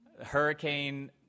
Hurricane